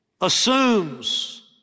assumes